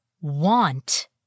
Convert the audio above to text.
want